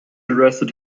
arrested